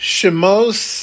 Shemos